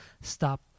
stop